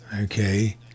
Okay